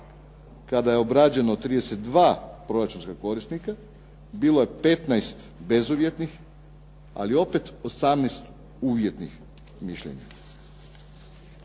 kada je obrađeno 32 proračunska korisnika bilo je 15 bezuvjetnih ali opet 18 uvjetnih mišljenja.